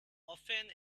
often